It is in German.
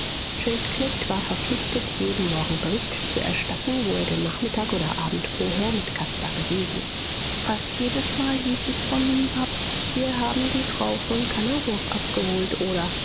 schildknecht war verpflichtet jeden morgen bericht zu erstatten wo er den nachmittag oder abend vorher mit caspar gewesen fast jedesmal hieß es von nun ab wir haben die frau von kannawurf abgeholt oder